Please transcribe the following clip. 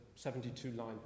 72-line